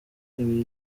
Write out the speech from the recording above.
buba